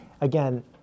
Again